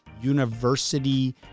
university